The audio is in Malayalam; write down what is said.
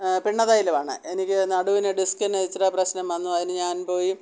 പിണ്ണ തൈലമാണ് എനിക്ക് നടുവിന് ഡിസ്ക്കിന് ഇച്ചിരി പ്രശ്നം വന്നു അതിന് ഞാന് പോയി